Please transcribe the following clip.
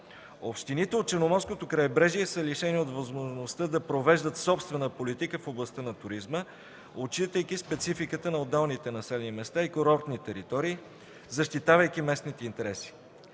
Общините от Черноморското крайбрежие са лишени от възможността да провеждат собствена политика в областта на туризма, отчитайки спецификата на отделните населени места и курортни територии, защитавайки местните интереси.